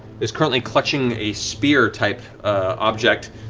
who's currently clutching a spear-type object,